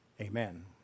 Amen